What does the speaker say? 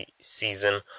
season